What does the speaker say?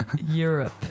Europe